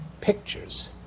pictures